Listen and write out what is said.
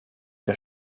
der